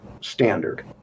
standard